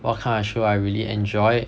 what kind of show I really enjoyed